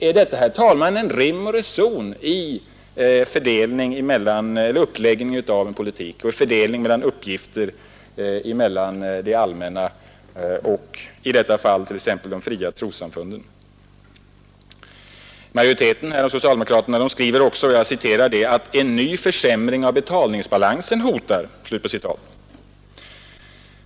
Är detta, herr talman, rim och reson i uppläggningen av politiken och i fördelningen av uppgifter mellan det allmänna och i detta fall t.ex. de fria trossamfunden? Den socialdemokratiska majoriteten skriver också att ”en ny försämring av betalningsbalansen hotar”.